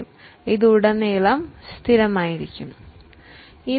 ഇതിൽ ആസ്തിയുടെ ഉപയോഗപ്രദമായ ആയുസ്സു മുഴുവൻ ഫിക്സഡ് ആയി നിലനിൽക്കുന്നു